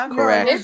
correct